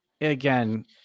again